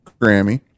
Grammy